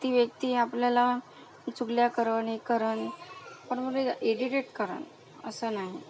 ती व्यक्ती आपल्याला चुगल्या करेल हे करेल पण इरिटेट करेल असं नाही